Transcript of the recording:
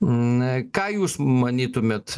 na ką jūs manytumėt